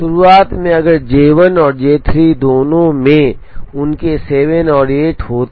शुरुआत में अगर J 1 और J 3 दोनों में उनके 7 और 8 होते